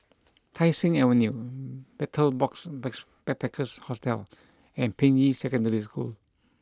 Tai Seng Avenue Betel Box bask Backpackers Hostel and Ping Yi Secondary School